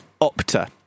Opta